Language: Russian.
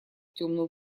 темную